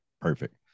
perfect